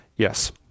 Yes